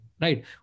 right